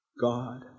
God